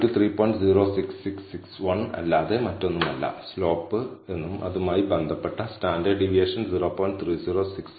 0661 അല്ലാതെ മറ്റൊന്നുമല്ല സ്ലോപ്പ് എന്നും അതുമായി ബന്ധപ്പെട്ട സ്റ്റാൻഡേർഡ് ഡീവിയേഷൻ 0